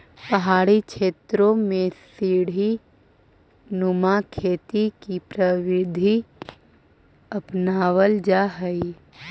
पहाड़ी क्षेत्रों में सीडी नुमा खेती की प्रविधि अपनावाल जा हई